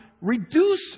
reduce